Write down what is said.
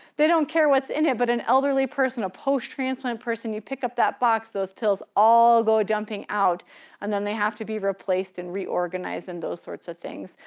they don't care what's in it, but an elderly person, a post-transplant person, you pick up that box, those pills all go dumping out and then they have to be replaced and reorganized and those sorts of things.